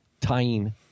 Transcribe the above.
tying